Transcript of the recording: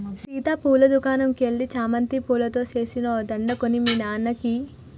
సీత పూల దుకనంకు ఎల్లి చామంతి పూలతో సేసిన ఓ దండ కొని మీ నాన్నకి ఇయ్యి